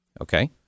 Okay